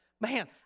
man